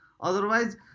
otherwise